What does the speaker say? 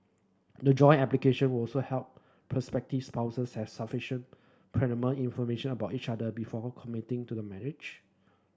the joint application will also help prospective spouses have sufficient pertinent information about each other before committing to the marriage